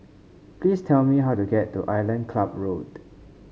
please tell me how to get to Island Club Road